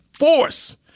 Force